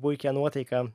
puikią nuotaiką